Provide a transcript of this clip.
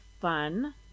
fun